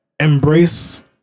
embrace